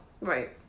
Right